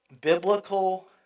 biblical